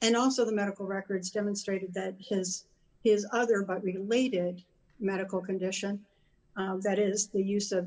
and also the medical records demonstrated that his his other heart related medical condition that is the use of